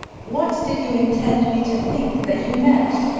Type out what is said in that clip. what did you intend me to think that you meant?